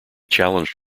challenged